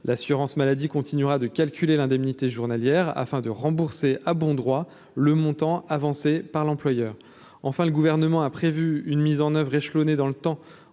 l'assurance maladie continuera de calculer l'indemnité journalière afin de rembourser à bon droit, le montant avancé par l'employeur, enfin, le gouvernement a prévu une mise en oeuvre échelonner dans le temps